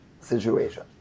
situation